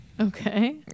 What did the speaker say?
Okay